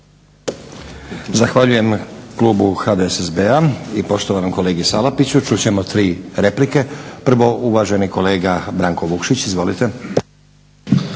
Zahvaljujem klubu HDSSB-a i poštovanom kolegi Salapiću. Čut ćemo tri replike. Prvo uvaženi kolega Branko Vukšić, izvolite.